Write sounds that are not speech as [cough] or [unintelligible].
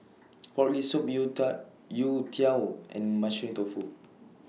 Pork Rib Soup [unintelligible] Youtiao and Mushroom Tofu